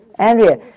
Andrea